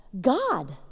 God